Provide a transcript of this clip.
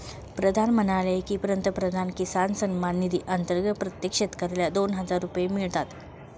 प्रधान म्हणाले की, पंतप्रधान किसान सन्मान निधी अंतर्गत प्रत्येक शेतकऱ्याला दोन हजार रुपये मिळतात